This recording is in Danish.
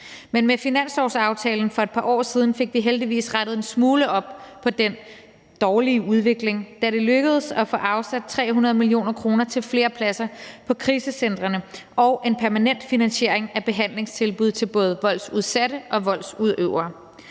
men med finanslovsaftalen for et par år siden fik vi heldigvis rettet en smule op på den dårlige udvikling, da det lykkedes at få afsat 300 mio. kr. til flere pladser på krisecentrene og en permanent finansiering af behandlingstilbud til både voldsudsatte og voldsudøvere.